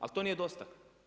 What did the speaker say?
Ali to nije dosta.